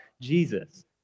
Jesus